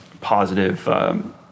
positive